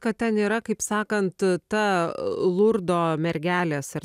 kad ten yra kaip sakant ta lurdo mergelės ar